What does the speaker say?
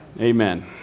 Amen